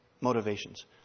motivations